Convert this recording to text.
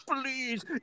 please